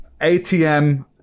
ATM